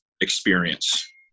experience